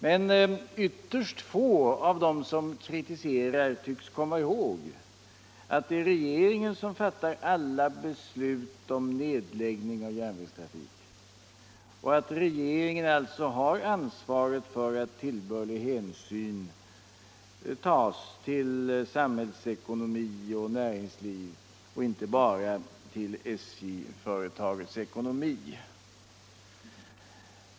Men ytterst få av dem som kritiserar tycks komma ihåg att det är regeringen som fattar alla beslut om nedläggning av järnvägstrafik och att regeringen alltså har ansvaret för att tillbörlig hänsyn tas till samhällsekonomi och näringsliv och inte bara till SJ-företagets ekonomi.